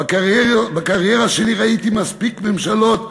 בקריירה שלי ראיתי מספיק ממשלות שאמרו: